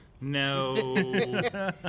No